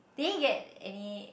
did he get any